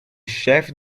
chefe